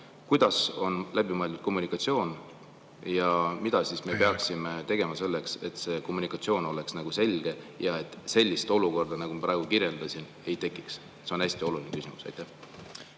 kuidas on siis läbi mõeldud kommunikatsioon? Mida me peaksime tegema selleks, et see kommunikatsioon oleks selge ja et sellist olukorda, nagu ma praegu kirjeldasin, ei tekiks? See on hästi oluline küsimus. Aitäh